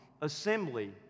assembly